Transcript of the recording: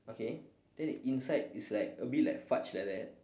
okay then it inside is like a bit like fudge like that